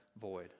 void